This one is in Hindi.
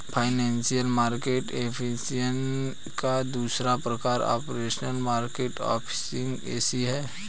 फाइनेंशियल मार्केट एफिशिएंसी का दूसरा प्रकार ऑपरेशनल मार्केट एफिशिएंसी है